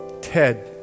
Ted